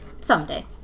Someday